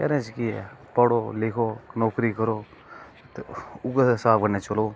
एहदे च केह् है पढ़ो